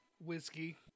whiskey